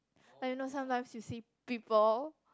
I know sometimes you see people